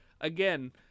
again